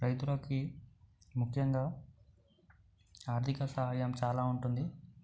రైతులకి ముఖ్యంగా ఆర్థిక సహాయం చాలా ఉంటుంది